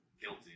guilty